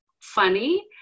funny